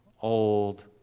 old